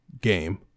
game